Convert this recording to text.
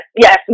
Yes